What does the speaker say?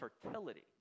fertility